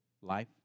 life